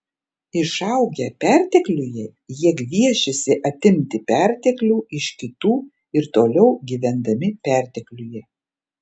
išaugę pertekliuje jie gviešėsi atimti perteklių iš kitų ir toliau gyvendami pertekliuje